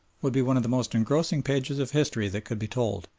would be one of the most engrossing pages of history that could be told.